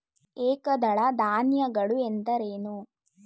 ಏಕದಳ ಧಾನ್ಯಗಳು ಎಂದರೇನು?